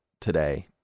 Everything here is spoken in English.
today